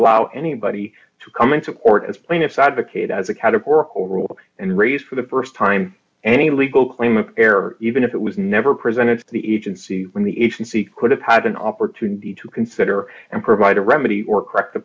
allow anybody to come into court as plaintiffs advocate as a categorical rule and raise for the st time any legal claim of care even if it was never presented to the agency when the agency could have had an opportunity to consider and provide a remedy or correct the